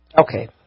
Okay